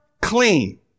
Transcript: clean